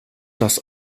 das